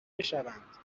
بشوند